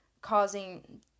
causing